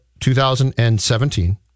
2017